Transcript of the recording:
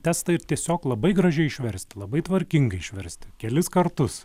testą ir tiesiog labai gražiai išverst labai tvarkingai išversti kelis kartus